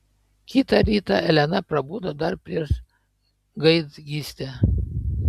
kitą rytą elena prabudo dar prieš gaidgystę